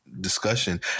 discussion